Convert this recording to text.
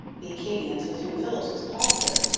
the acadians, with whom philipps was popular,